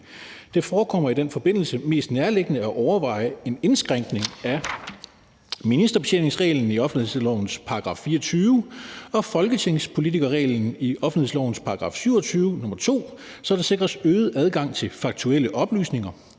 Det forekommer i den forbindelse mest nærliggende at overveje en indskrænkning af ministerbetjeningsreglen i offentlighedslovens § 24 og folketingspolitikerreglen i offentlighedslovens § 27, nr. 2, så der sikres øget adgang til faktuelle oplysninger.